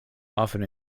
often